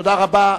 תודה רבה.